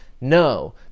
No